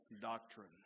doctrine